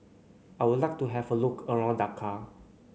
I would like to have a look around Dakar